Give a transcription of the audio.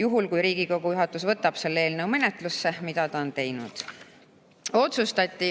juhul kui Riigikogu juhatus võtab selle eelnõu menetlusse, mida ta on teinud. Otsustati